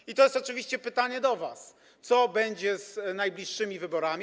I to jest oczywiście pytanie do was: Co będzie z najbliższymi wyborami?